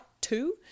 two